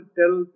tell